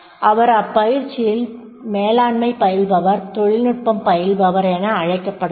அவர் அப்பயிற்சியில் மேலாண்மை பயில்பவர் தொழில்நுட்பம் பயில்பவர் அன அழைக்கபடுவார்